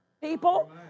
people